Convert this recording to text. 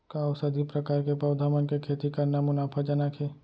का औषधीय प्रकार के पौधा मन के खेती करना मुनाफाजनक हे?